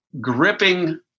gripping